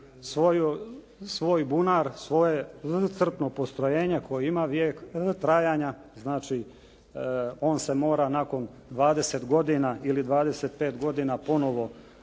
svoj bunar, svoje crpno postrojenje koje ima vijek trajanja znači on se mora nakon 20 godina ili 25 godina ponovo